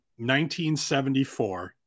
1974